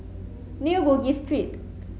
New Bugis Street